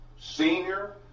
senior